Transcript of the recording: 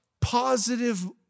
positive